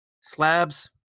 Slab's